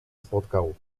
spotkał